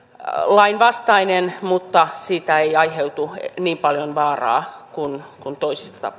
lainvastainen mutta siitä ei aiheudu niin paljon vaaraa kuin toisista